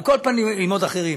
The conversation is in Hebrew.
ועם עוד אחרים.